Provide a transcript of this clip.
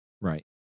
Right